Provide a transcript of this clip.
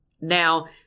Now